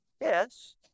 Yes